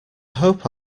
hope